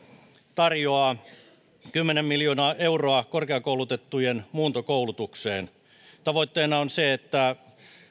tarjoaa kymmenen miljoonaa euroa korkeakoulutettujen muuntokoulutukseen tavoitteena on se että